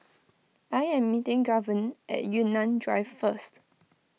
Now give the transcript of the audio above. I am meeting Gavyn at Yunnan Drive first